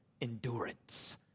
endurance